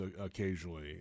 occasionally